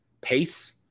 pace